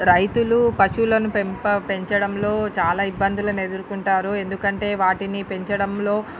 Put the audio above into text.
రైతులు పశువులను పెంప పెంచడంలో చాలా ఇబ్బందులను ఎదురుకుంటారు ఎందుకంటే వాటిని పెంచడంలో